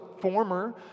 former